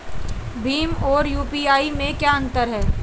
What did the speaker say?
भीम और यू.पी.आई में क्या अंतर है?